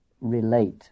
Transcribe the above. relate